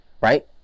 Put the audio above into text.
right